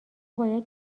باید